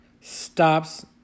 stops